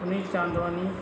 Sunil Chandwani